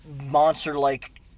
monster-like